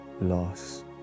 loss